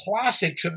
classic